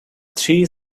three